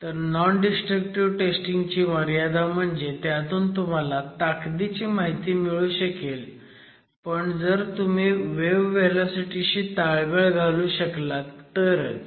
तर non destructive testing ची मर्यादा म्हणजे त्यातून तुम्हाला ताकदीची माहिती मिळू शकेल पण जर तूम्ही वेव्ह व्हेलॉसिटी शी ताळमेळ घालू शकलात तरच